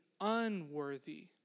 unworthy